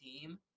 team